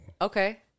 Okay